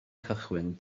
cychwyn